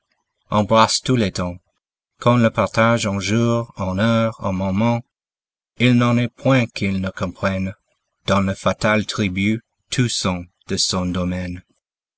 hélas embrasse tous les temps qu'on le partage en jours en heures en moments il n'en est point qu'il ne comprenne dans le fatal tribut tous sont de son domaine